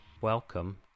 welcome